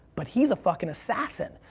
but he's a fuckin' assassin.